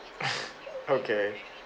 okay